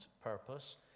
purpose